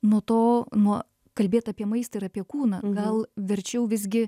nuo to nuo kalbėt apie maistą ir apie kūną gal verčiau visgi